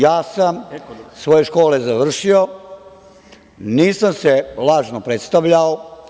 Ja sam svoje škole završio, nisam se lažno predstavljao.